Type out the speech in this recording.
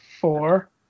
four